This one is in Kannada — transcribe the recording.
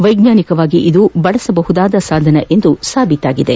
ವೈಜ್ವಾನಿಕವಾಗಿ ಇದು ಬಳಸಬಹುದಾದ ಸಾಧನವೆಂದು ಸಾಬೀತಾಗಿದೆ